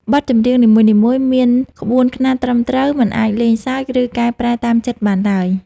បទចម្រៀងនីមួយៗមានក្បួនខ្នាតត្រឹមត្រូវ មិនអាចលេងសើច ឬកែប្រែតាមចិត្តបានឡើយ។